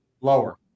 Lower